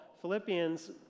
Philippians